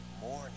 morning